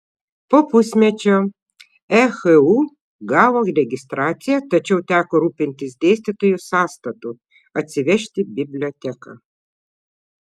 po pusmečio ehu gavo registraciją tačiau teko rūpintis dėstytojų sąstatu atsivežti biblioteką